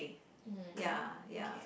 ya ya